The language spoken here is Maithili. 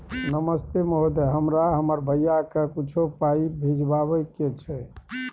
नमस्ते महोदय, हमरा हमर भैया के कुछो पाई भिजवावे के छै?